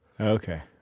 Okay